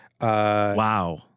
Wow